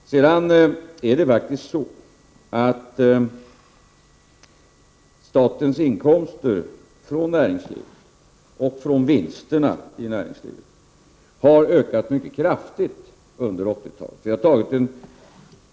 Sedan är det faktiskt så att statens inkomster från näringslivet och från vinsterna i näringslivet har ökat mycket kraftigt under 1980-talet.